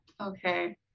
Okay